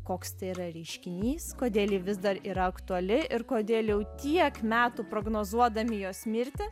koks tai yra reiškinys kodėl ji vis dar yra aktuali ir kodėl jau tiek metų prognozuodami jos mirtį